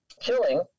killing